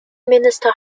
minister